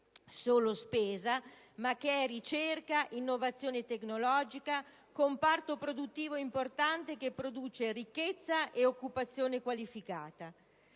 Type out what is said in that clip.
solo spesa ma anche ricerca e innovazione tecnologica, un comparto produttivo importante che produce ricchezza ed occupazione qualificata.